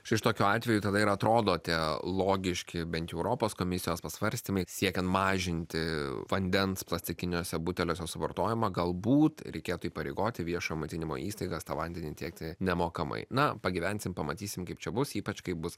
štai šitokiu atveju tada ir atrodo tie logiški bent jau europos komisijos pasvarstymai siekiant mažinti vandens plastikiniuose buteliuose suvartojimą galbūt reikėtų įpareigoti viešojo maitinimo įstaigas tą vandenį tiekti nemokamai na pagyvensim pamatysim kaip čia bus ypač kaip bus